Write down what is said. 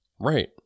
Right